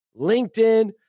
LinkedIn